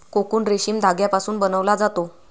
cocoon रेशीम धाग्यापासून बनवला जातो